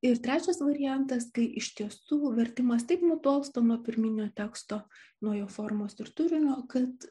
ir trečias variantas kai iš tiesų vertimas taip nutolsta nuo pirminio teksto nuo jo formos ir turinio kad